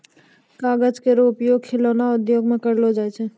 कागज केरो उपयोग खिलौना उद्योग म करलो जाय छै